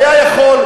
היה יכול,